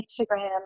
Instagram